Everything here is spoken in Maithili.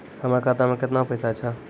हमर खाता मैं केतना पैसा छह?